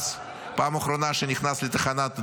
הפעם האחרונה שהוא נכנס לתחנת דלק,